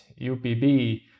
UPB